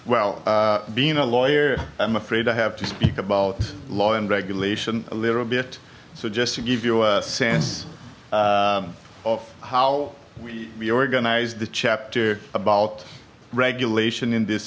well being a lawyer i'm afraid i have to speak about law and regulation a little bit so just to give you a sense of how we organize the chapter about regulation in this